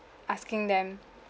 asking them